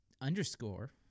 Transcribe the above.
underscore